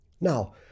Now